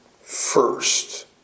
first